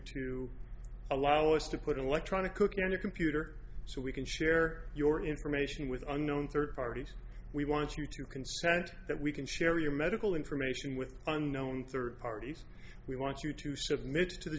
to allow us to put in electronic cooking on your computer so we can share your information with unknown third parties we want you to consent that we can share your medical information with unknown third parties we want you to submit to the